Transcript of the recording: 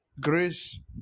grace